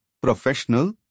professional